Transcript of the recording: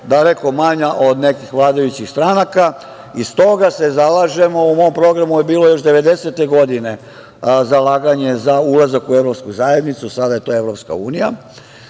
daleko manja od nekih vladajućih stranaka i stoga se zalažemo, u mom programu je bilo još 90. godine zalaganje za ulazak u evropsku zajednicu, sada je to EU.Da bi